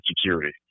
security